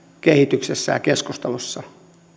kehityksessä ja keskustelussa